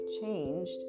changed